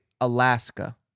Alaska